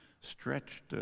stretched